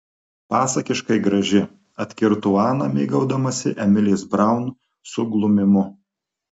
pasakiškai graži atkirto ana mėgaudamasi emilės braun suglumimu